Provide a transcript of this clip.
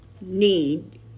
need